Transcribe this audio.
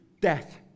death